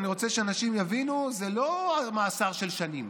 ואני רוצה שאנשים יבינו: זה לא מאסר של שנים.